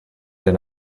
did